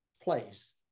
place